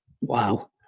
Wow